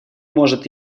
может